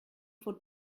for